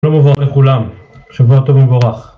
שלום וברכה לכולם, שבוע טוב ומבורך